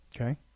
okay